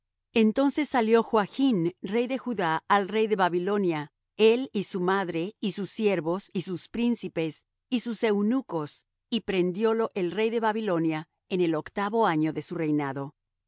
entonces salió joachn rey de judá al rey de babilonia él y su madre y sus siervos y sus príncipes y sus eunucos y prendiólo el rey de babilonia en el octavo año de su reinado